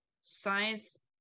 science